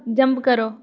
jump करो